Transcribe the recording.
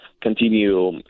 continue